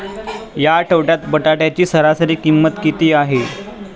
या आठवड्यात बटाट्याची सरासरी किंमत किती आहे?